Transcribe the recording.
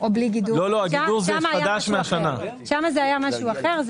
שם היה משהו אחר.